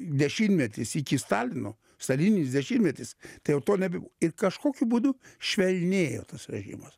dešimtmetis iki stalino stalininis dešimtmetis tai jau to nebebuvo ir kažkokiu būdu švelnėjo tas režimas